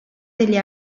degli